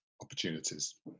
opportunities